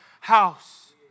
house